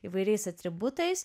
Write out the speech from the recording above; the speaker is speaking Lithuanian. įvairiais atributais